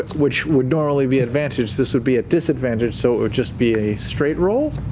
which would normally be advantage, this would be at disadvantage, so it would just be a straight roll?